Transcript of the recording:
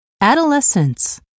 adolescence